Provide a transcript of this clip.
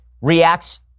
reacts